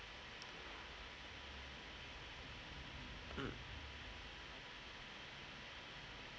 mm